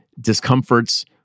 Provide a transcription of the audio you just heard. discomforts